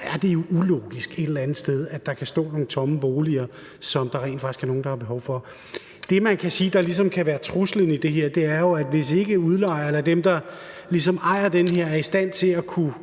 er det jo ulogisk et eller andet sted, at der kan stå nogle tomme boliger, som nogle rent faktisk har behov for. Det, man kan sige, der ligesom kan være truslen i det her, er jo, at hvis ikke udlejer eller dem, der ligesom ejer den her bolig, er i stand til at kunne